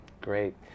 Great